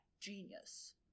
genius